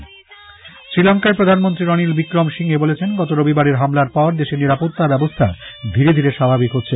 শ্রীলঙ্কা শ্রীলঙ্কার প্রধানমন্ত্রী রনিল বিক্রমসিংঘে বলেছেন গত রবিবারের হামলার পর দেশের নিরাপত্তা ব্যবস্থা ধীরে ধীরে স্বাভাবিক হচ্ছে